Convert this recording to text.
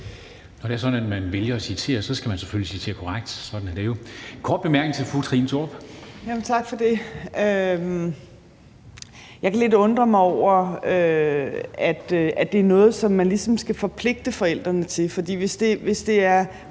Det er sådan, at når man vælger at citere, skal man selvfølgelig citere korrekt. Sådan er det jo. En kort bemærkning fra fru Trine Torp. Kl. 11:15 Trine Torp (SF): Tak for det. Jeg kan undre mig lidt over, at det er noget, som man ligesom skal forpligte forældrene til. For hvis det er